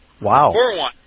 Wow